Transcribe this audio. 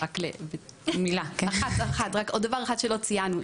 דבר נוסף שלא ציינו,